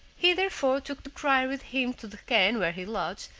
he therefore took the crier with him to the khan where he lodged,